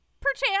perchance